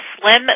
Slim